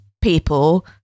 people